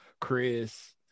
Chris